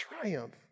Triumph